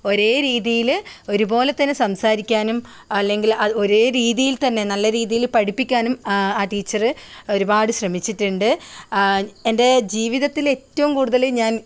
ഒരേ രീതിയിൽ ഒരുപോലെ തന്നെ സംസാരിക്കാനും അല്ലെങ്കിൽ ഒരേ രീതിയിൽ തന്നെ നല്ല രീതിയിൽ പഠിപ്പിക്കാനും ആ ടീച്ചർ ഒരുപാട് ശ്രമിച്ചിട്ടുണ്ട് ആ എൻ്റെ ജീവിതത്തിൽ ഏറ്റവും കൂടുതൽ ഞാൻ